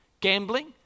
Gambling